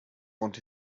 want